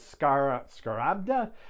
Scarabda